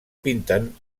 pinten